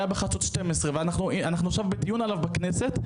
היה בחדשות 12 ואנחנו עכשיו בדיון עליו בכנסת,